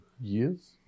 years